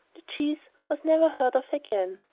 the cheese was never heard of again.